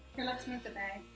here let's move the bag.